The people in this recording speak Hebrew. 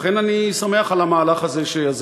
לכן, אני שמח על המהלך הזה שיזמת,